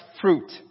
fruit